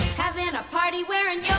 havin a party wherein